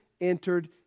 entered